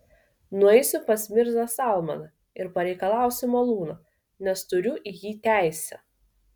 nueisiu pas mirzą salmaną ir pareikalausiu malūno nes turiu į jį teisę